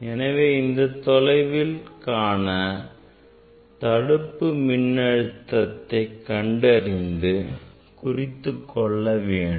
எனவே இந்த தொலைவிற்கான தடுப்பு மின்னழுத்தத்தை கண்டறிந்து குறித்துக்கொள்ள வேண்டும்